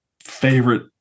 favorite